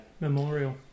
memorial